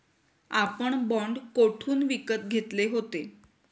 आपण बाँड कोठून विकत घेतले होते?